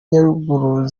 nyaruguru